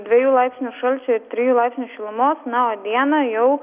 dviejų laipsnių šalčio trijų laipsnių šilumos na o dieną jau